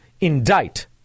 indict